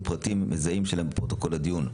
פרטים מזהים שלהם בפרוטוקול הדיון.